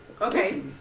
Okay